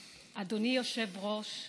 אדוני היושב-ראש,